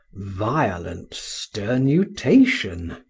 violent sternutation.